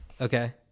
Okay